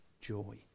joy